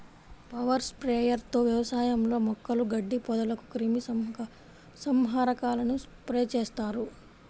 power sprayer తో వ్యవసాయంలో మొక్కలు, గడ్డి, పొదలకు క్రిమి సంహారకాలను స్ప్రే చేస్తారు